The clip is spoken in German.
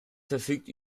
verfügt